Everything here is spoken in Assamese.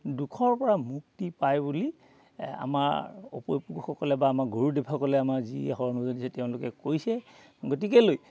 দুখৰ পৰা মুক্তি পায় বুলি আমাৰ অপয় পুৰুষসকলে বা আমাৰ গৰুদেৱসকলে আমাৰ যি তেওঁলোকে কৈছে গতিকেলৈ